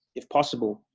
if possible,